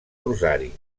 rosari